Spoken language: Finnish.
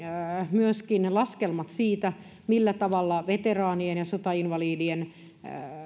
myöskin laskelmat siitä millä tavalla veteraanien ja sotainvalidien